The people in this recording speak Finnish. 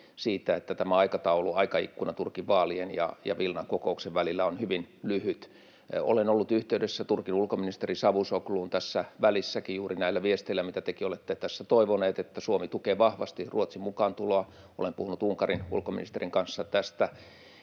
että tämä aikataulu, aikaikkuna, Turkin vaalien ja Vilnan kokouksen välillä on hyvin lyhyt. Olen ollut yhteydessä Turkin ulkoministeri Çavuşoğluun tässä välissäkin juuri näillä viesteillä, joita tekin olette tässä toivoneet, eli Suomi tukee vahvasti Ruotsin mukaantuloa. Olen puhunut Unkarin ulkoministerin kanssa tästä,